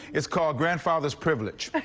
it's called grandfather's privilege,